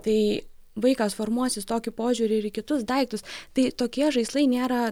tai vaikas formuosis tokį požiūrį ir į kitus daiktus tai tokie žaislai nėra